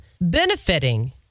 benefiting